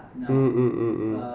mm mm mm